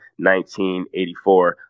1984